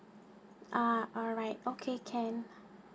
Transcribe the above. ah alright okay can